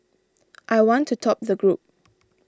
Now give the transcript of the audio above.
I want to top the group